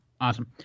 Awesome